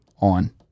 on